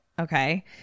Okay